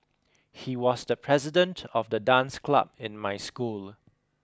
he was the president of the dance club in my school